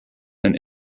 and